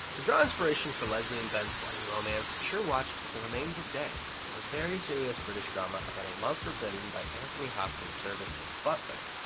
to draw inspiration for leslie and ben's budding romance, schur watched the remains of day a very serious british drama about a love forbidden by anthony hopkins' service as a butler.